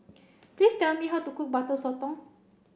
please tell me how to cook butter sotong